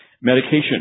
Medication